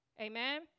Amen